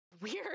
weird